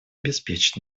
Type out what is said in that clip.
обеспечит